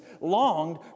longed